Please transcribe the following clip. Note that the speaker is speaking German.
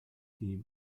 die